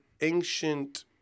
ancient